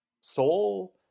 soul